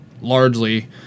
largely